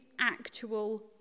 actual